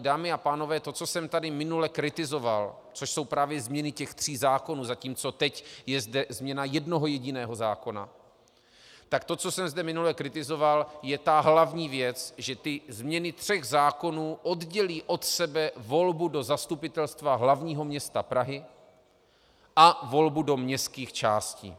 Dámy a pánové, to, co jsem tady minule kritizoval, což jsou právě změny těch tří zákonů, zatímco teď je zde změna jednoho jediného zákona, tak to, co jsem zde minule kritizoval, je ta hlavní věc, že ty změny tří zákonů oddělí od sebe volbu do Zastupitelstva hl. m. Prahy a volbu do městských částí.